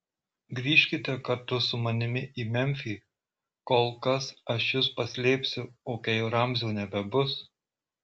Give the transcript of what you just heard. grįžkite kartu su manimi į memfį kol kas aš jus paslėpsiu o kai ramzio nebebus